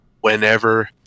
whenever